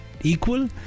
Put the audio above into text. equal